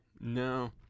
No